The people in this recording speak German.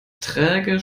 träge